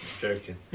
Joking